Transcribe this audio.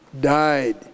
died